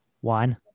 One